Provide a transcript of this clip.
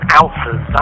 ounces